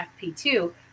fp2